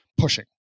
pushing